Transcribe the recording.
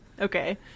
okay